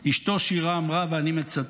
אשתו שירה אמרה, ואני מצטט: